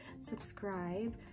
subscribe